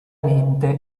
mente